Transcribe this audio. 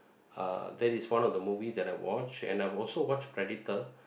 uh that is one of the movie that I watch and I've also watched Predator